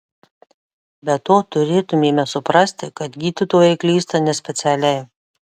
be to turėtumėme suprasti kad gydytojai klysta nespecialiai